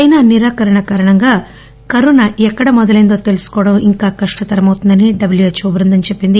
China నిరాకరణ కారణంగా corona ఎక్కడ మొదలైందో తెలుసుకోవడం ఇంకా కష్టతరమవుతుందని డబ్బూహెచ్ ఓ బృందం చెప్పింది